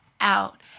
out